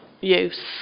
use